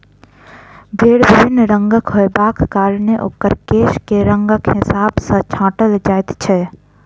भेंड़ विभिन्न रंगक होयबाक कारणेँ ओकर केश के रंगक हिसाब सॅ छाँटल जाइत छै